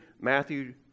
Matthew